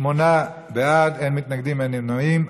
שמונה בעד, אין מתנגדים, אין נמנעים.